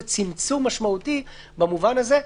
היא צמצום משמעותי במובן הזה,